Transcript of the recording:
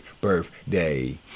birthday